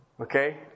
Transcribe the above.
Okay